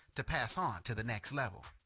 to pass on to the next level.